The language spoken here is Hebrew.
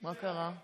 מה קרה?